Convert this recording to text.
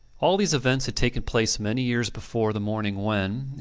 all these events had taken place many years before the morning when,